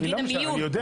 היא לא משלמת, אני יודע.